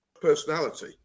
personality